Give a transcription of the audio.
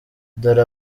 dore